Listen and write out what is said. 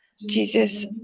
Jesus